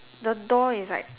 the door is like